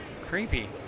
creepy